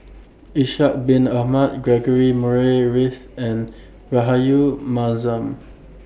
Ishak Bin Ahmad Murray Reith and Rahayu Mahzam